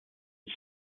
its